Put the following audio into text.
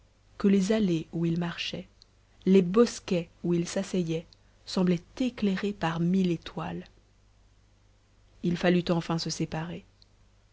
que les allées où ils marchaient les bosquets où ils s'asseyaient semblaient éclairés par mille étoiles il fallut enfin se séparer